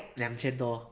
两千多